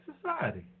society